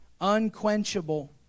unquenchable